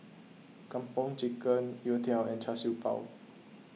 Kung Po Chicken Youtiao and Char Siew Bao